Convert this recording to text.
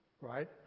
right